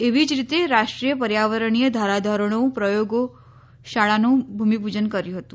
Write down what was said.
એવી જ રીતે રાષ્ટ્રીય પરિર્યાવરણીય ધારાધીરણો પ્રયોગ શાળાનું ભૂમિપૂજન કર્યું હતું